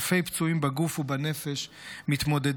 אלפי פצועים בגוף ובנפש מתמודדים,